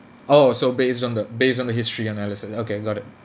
oh so based on the based on the history analysis okay got it